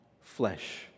flesh